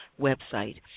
website